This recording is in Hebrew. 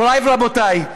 מוריי ורבותיי,